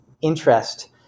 interest